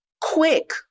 quick